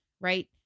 Right